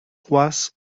was